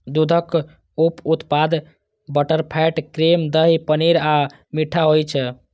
दूधक उप उत्पाद बटरफैट, क्रीम, दही, पनीर आ मट्ठा होइ छै